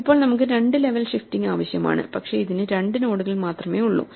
ഇപ്പോൾ നമുക്ക് രണ്ട് ലെവൽ ഷിഫ്റ്റിംഗ് ആവശ്യമാണ് പക്ഷേ ഇതിന് രണ്ട് നോഡുകൾ മാത്രമേ ഉള്ളൂ